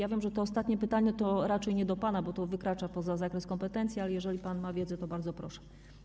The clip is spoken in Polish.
Ja wiem, że to ostatnie pytanie raczej nie jest do pana, bo to wykracza poza zakres kompetencji, ale jeżeli pan ma wiedzę, to bardzo proszę.